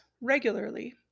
regularly